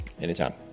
Anytime